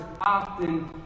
often